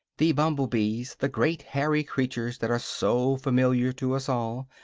the bumble-bees, the great, hairy creatures that are so familiar to us all,